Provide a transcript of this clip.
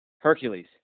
Hercules